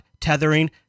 tethering